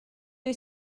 wyt